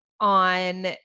on